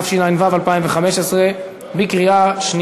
התשע"ו 2015,